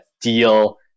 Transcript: Deal